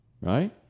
Right